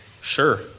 sure